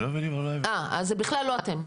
אז זה בכלל לא אתם.